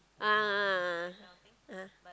a'ah a'ah a'ah ah